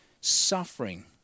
suffering